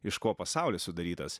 iš ko pasaulis sudarytas